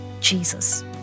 Jesus